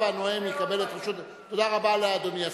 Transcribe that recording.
עכשיו הנואם יקבל את רשות, תודה רבה לאדוני השר.